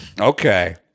Okay